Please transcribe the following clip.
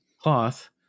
cloth